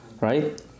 right